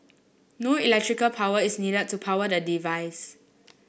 no electrical power is need to power the device